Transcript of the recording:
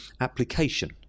application